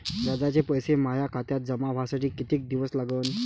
व्याजाचे पैसे माया खात्यात जमा व्हासाठी कितीक दिवस लागन?